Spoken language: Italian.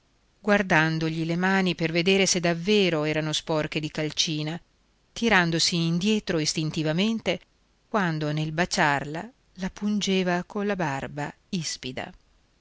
guardandogli le mani per vedere se davvero erano sporche di calcina tirandosi indietro istintivamente quando nel baciarla la pungeva colla barba ispida